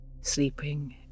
Sleeping